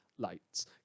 Lights